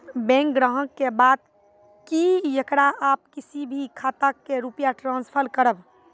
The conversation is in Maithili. बैंक ग्राहक के बात की येकरा आप किसी भी खाता मे रुपिया ट्रांसफर करबऽ?